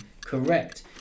correct